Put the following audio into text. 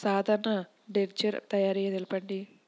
సాధారణ లెడ్జెర్ తయారి తెలుపండి?